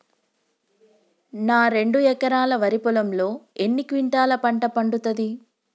నా రెండు ఎకరాల వరి పొలంలో ఎన్ని క్వింటాలా పంట పండుతది?